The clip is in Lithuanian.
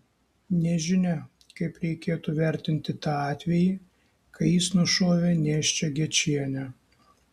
nežinia kaip reikėtų vertinti tą atvejį kai jis nušovė nėščią gečienę